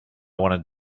wanted